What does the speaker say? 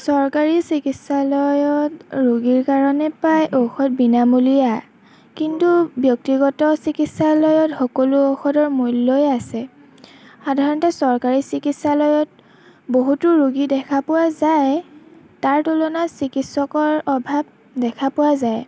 চৰকাৰী চিকিৎসালয়ত ৰোগীৰ কাৰণে প্ৰায় ঔষধ বিনামূলীয়া কিন্তু ব্যক্তিগত চিকিৎসালয়ত সকলো ঔষধৰ মূল্যই আছে সাধাৰণতে চৰকাৰী চিকিৎসালয়ত বহুতো ৰোগী দেখা পোৱা যায় তাৰ তুলনাত চিকিৎসকৰ অভাৱ দেখা পোৱা যায়